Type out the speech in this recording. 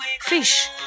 Fish